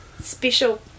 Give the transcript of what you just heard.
special